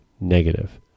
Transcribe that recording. negative